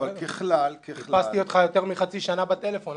ככלל --- חיפשתי אותך יותר מחצי שנה בטלפון,